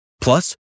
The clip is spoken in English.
Plus